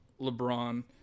LeBron